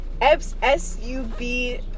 S-U-B